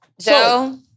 Joe